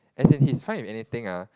as in he's fine with anything ah